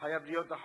חייב להיות החוק